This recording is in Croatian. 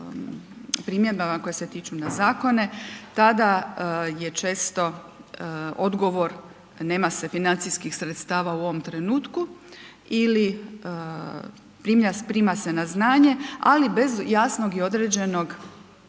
primjedbama koje se tiču na zakone, tada je često odgovor nema se financijskih sredstava u ovom trenutku ili prima se na znanje ali bez jasnog i određenog,